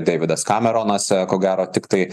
deividas kameronas ko gero tiktai